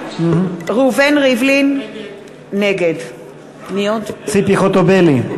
ראובן ריבלין, נגד ציפי חוטובלי,